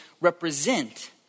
represent